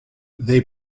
they